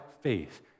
faith